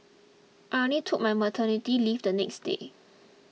I only took my maternity leave the next day